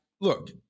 look